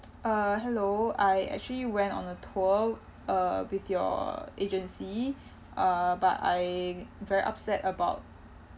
uh hello I actually went on a tour uh with your agency uh but I very upset about